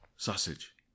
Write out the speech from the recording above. Sausage